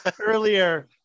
earlier